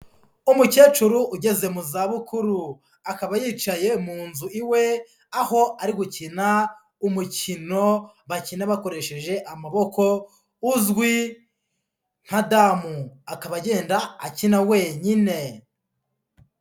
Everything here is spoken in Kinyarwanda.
Umukecuru ugeze mu zabukuru akaba yicaye mu nzu iwe, aho ari gukina umukino bakina bakoresheje amaboko uzwi nka damu, akaba agenda akina wenyine.